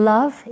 Love